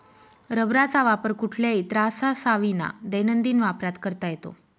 रबराचा वापर कुठल्याही त्राससाविना दैनंदिन वापरात करता येतो